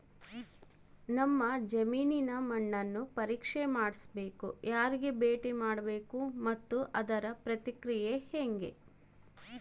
ನಮ್ಮ ಜಮೇನಿನ ಮಣ್ಣನ್ನು ಪರೇಕ್ಷೆ ಮಾಡ್ಸಕ ಯಾರಿಗೆ ಭೇಟಿ ಮಾಡಬೇಕು ಮತ್ತು ಅದರ ಪ್ರಕ್ರಿಯೆ ಹೆಂಗೆ?